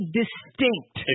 distinct